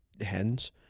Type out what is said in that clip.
hens